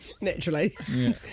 Naturally